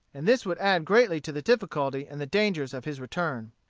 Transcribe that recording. and this would add greatly to the difficulty and the danger of his return.